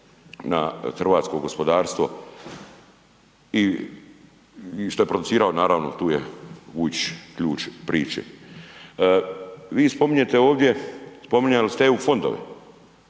na hrvatsko gospodarstvo i šta je producirao naravno tu je Vujčić ključ priče. Vi spominjete ovdje, spominjali ste EU fondove,